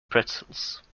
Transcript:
pretzels